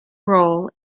role